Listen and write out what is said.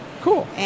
Cool